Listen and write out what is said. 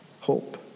hope